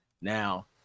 now